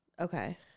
Okay